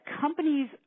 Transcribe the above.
companies